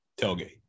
tailgate